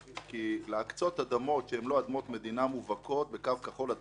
כי להקצות אדמות שאינן אדמות מדינה מובהקות בקו כחול עדכני,